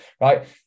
right